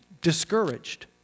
discouraged